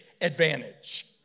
advantage